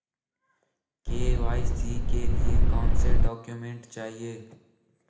KYC के लिए कौनसे डॉक्यूमेंट चाहिये?